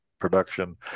production